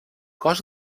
cos